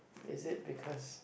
is it because